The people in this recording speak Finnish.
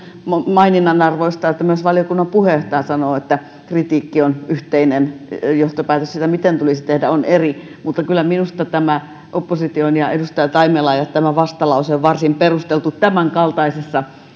maininnan arvoista että myös valiokunnan puheenjohtaja sanoo että kritiikki on yhteinen mutta johtopäätös siitä miten tulisi tehdä on eri mutta kyllä minusta tämä opposition ja edustaja taimelan jättämä vastalause on varsin perusteltu tämänkaltaisessa